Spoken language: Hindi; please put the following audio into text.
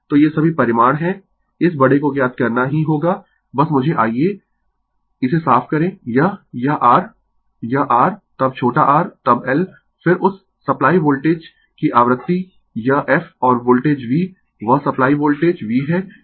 तो ये सभी परिमाण है इस बड़े को ज्ञात करना ही होगा बस मुझे आइये इसे साफ करें यह यह R यह R तब छोटा r तब L फिर उस सप्लाई वोल्टेज की आवृत्ति यह f और वोल्टेज V वह सप्लाई वोल्टेज V है